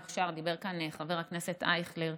המוכש"ר, דיבר כאן חבר הכנסת אייכלר.